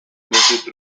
musu